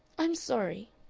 i am sorry,